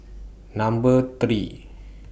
Number three